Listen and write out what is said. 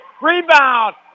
Rebound